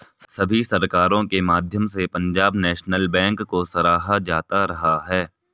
सभी सरकारों के माध्यम से पंजाब नैशनल बैंक को सराहा जाता रहा है